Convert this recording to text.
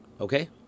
Okay